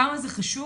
כמה זה חשוב